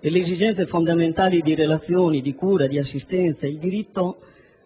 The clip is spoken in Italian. e le esigenze fondamentali di relazioni, di cura, di assistenza, e a garanzia del diritto